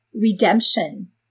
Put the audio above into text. redemption